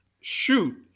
shoot